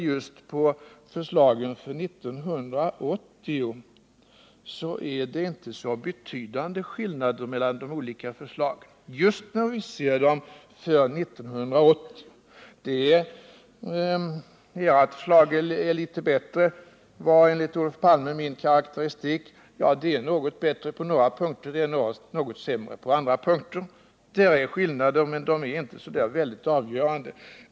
Just för 1980 är det inte så betydande skillnader mellan de olika förslagen. Ert förslag är litet bättre — det var enligt Olof Palme min karakteristik. Ja, det är något bättre på några punkter, det är något sämre på andra punkter. Där är skillnader, men de är inte avgörande.